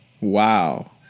wow